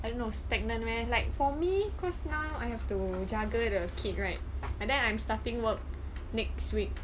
I don't know stagnant meh like for me cause now I have to jaga the kid right and then I'm starting work next week